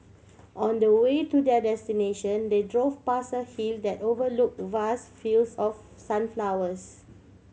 on the way to their destination they drove past a hill that overlook vast fields of sunflowers